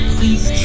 Please